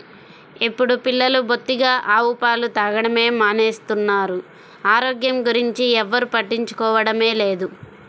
ఇప్పుడు పిల్లలు బొత్తిగా ఆవు పాలు తాగడమే మానేస్తున్నారు, ఆరోగ్యం గురించి ఎవ్వరు పట్టించుకోవడమే లేదు